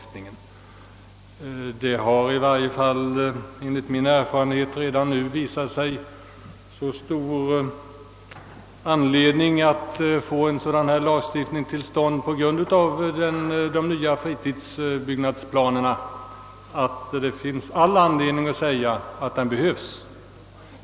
Enligt min erfarenhet har det emellertid redan nu visat sig finnas så goda skäl för en sådan lagstiftning på grund av de nya fritidsbyggnadsplanerna, att det finns all anledning att erkänna att den behövs.